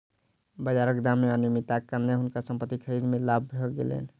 बाजारक दाम मे अनियमितताक कारणेँ हुनका संपत्ति खरीद मे लाभ भ गेलैन